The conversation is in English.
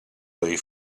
they